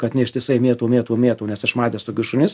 kad neištisai mėtau mėtau mėtau nes aš matęs tokius šunis